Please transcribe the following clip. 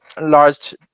large